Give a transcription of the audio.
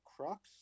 Crux